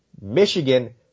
Michigan